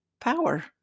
power